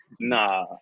Nah